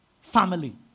Family